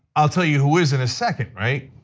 i'll tell you who is in a second, right?